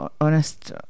honest